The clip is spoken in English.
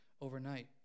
overnight